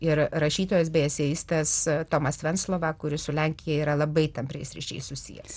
ir rašytojas bei eseistas tomas venclova kuris su lenkija yra labai tampriais ryšiais susijęs